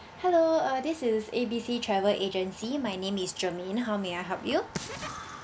hello uh this is A B C travel agency my name is germaine how may I help you